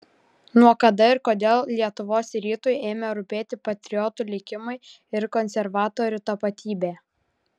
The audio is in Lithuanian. nuo kada ir kodėl lietuvos rytui ėmė rūpėti patriotų likimai ir konservatorių tapatybė